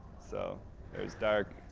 so there's dark,